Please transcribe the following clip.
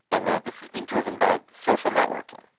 and ah this has been driven by social networking,